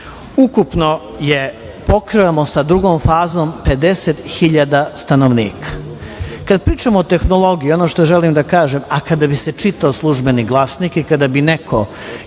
pokrivamo sa drugom fazom 50 hiljada stanovnika. Kada pričamo o tehnologiji i ono što želim da kažem, a kada bi se čitao „Službeni glasnik“ i kada bi neko